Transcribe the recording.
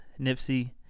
nipsey